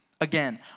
Again